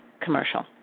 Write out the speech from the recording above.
commercial